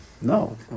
No